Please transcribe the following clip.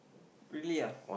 really ah